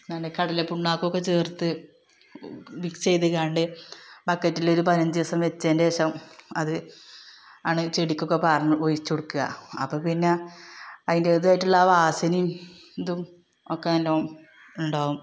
കടലപിണ്ണാക്കുമൊക്കെ ചേര്ത്ത് മിക്സ്സെയ്ത്കാണ്ട് ബക്കറ്റിലൊരു പതിനഞ്ച് ദിവസം വച്ചതിന്റെശേഷം അത് ആണ് ചെടിക്കൊക്കെ പാര്ന്ന് ഒഴിച്ചുകൊടുക്കുക അപ്പോള്പ്പിന്നെ അതിന്റേതായിട്ടുള്ള ആ വാസനയും ഇതും ഒക്കെ നല്ലോം ഉണ്ടാകും